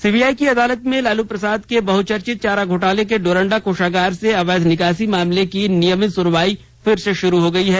CBI की अदालत में लालू प्रसाद के बहचर्चित चारा घोटाला के डोरंडा कोषागार से अवैध निकासी मामले की नियमित सुनवाई फिर से शुरू हो गई है